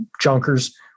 junkers